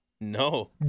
No